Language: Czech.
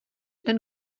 ten